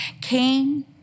Cain